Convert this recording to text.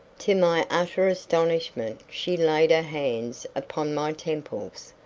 to my utter astonishment she laid her hands upon my temples,